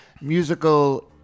musical